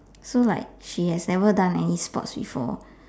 so like she has never done any sports before